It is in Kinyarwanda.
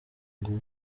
ngo